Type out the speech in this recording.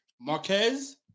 Marquez